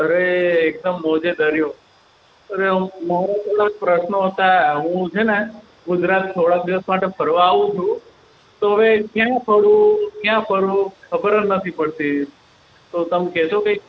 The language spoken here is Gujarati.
અરે એકદમ મોજે દરિયો અરે મારા થોડાક પ્રશ્નો હતા હું છે ને ગુજરાત થોડાક દિવસ માટે ફરવા આવું છું તો હવે હું કેમ ફરું ક્યાં ફરું ખબર જ નથી પડતી તો તમે કહેશો કંઈ